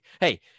hey